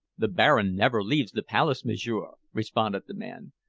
the baron never leaves the palace, m'sieur, responded the man.